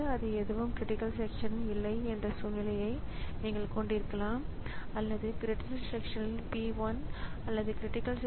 எனவே இது ஸிபியுவின் தற்போதைய நிலையின் உள்ளடக்கத்தை ஸ்டோர் செய்கின்ற பதிவேடுகள் மற்றும் ப்ரோக்ராம் கவுண்டரை சேமிக்கும்